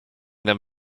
them